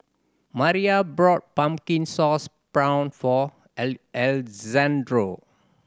Miriah brought pumpkin sauce prawn for Alejandro